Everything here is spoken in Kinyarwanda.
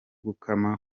gukama